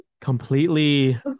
completely